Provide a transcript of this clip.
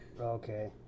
Okay